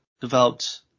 developed